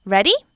Ready